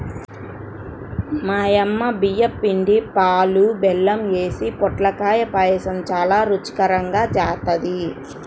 మా యమ్మ బియ్యం పిండి, పాలు, బెల్లం యేసి పొట్లకాయ పాయసం చానా రుచికరంగా జేత్తది